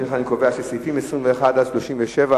לפיכך אני קובע שסעיפים 21 37,